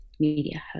media